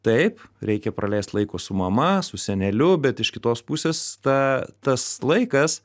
taip reikia praleist laiko su mama su seneliu bet iš kitos pusės ta tas laikas